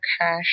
cash